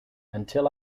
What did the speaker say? until